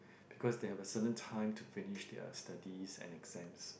because they have a certain time to finish their studies and exams